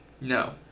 No